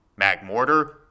Magmortar